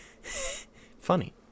Funny